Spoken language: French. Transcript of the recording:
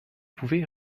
pouvez